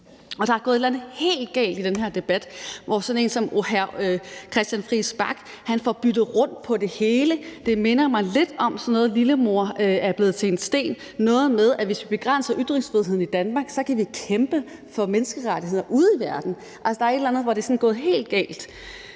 eller andet helt galt i den her debat, hvor sådan en som hr. Christian Friis Bach får byttet rundt på det hele. Det minder mig lidt om sådan noget med, at morlille er blevet til en sten; det er noget med, at hvis vi begrænser ytringsfriheden i Danmark, kan vi kæmpe for menneskerettigheder ude i verden. Altså, der er et eller andet sted, hvor det sådan er gået helt galt.